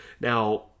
Now